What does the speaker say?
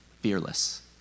fearless